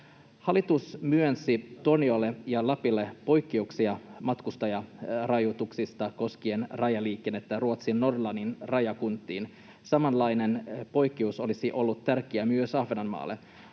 Hallitus myönsi Torniolle ja Lapille poikkeuksia matkustajarajoituksista koskien rajaliikennettä Ruotsin Norlannin rajakuntiin. Samanlainen poikkeus olisi ollut tärkeä myös Ahvenanmaalle.